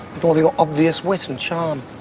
with all your obvious wit and charm?